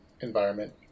environment